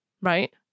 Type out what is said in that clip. Right